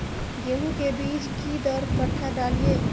गेंहू के बीज कि दर कट्ठा डालिए?